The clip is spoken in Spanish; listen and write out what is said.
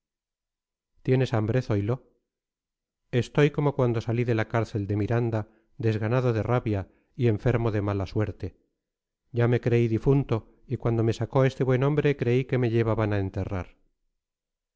tienes hambre zoilo estoy como cuando salí de la cárcel de miranda desganado de rabia y enfermo de mala suerte ya me creí difunto y cuando me sacó este buen hombre creí que me llevaban a enterrar